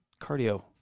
cardio